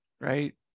Right